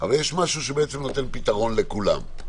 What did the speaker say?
אבל יש משהו שגם נותן פתרון לכולם.